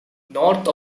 north